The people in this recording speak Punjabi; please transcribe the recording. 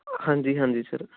ਹਾਂਜੀ ਹਾਂਜੀ ਸਰ